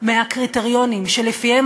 שלא מאפשרים כאן